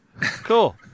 Cool